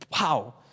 wow